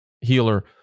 healer